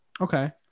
Okay